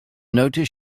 noticed